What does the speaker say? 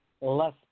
less